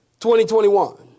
2021